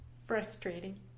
frustrating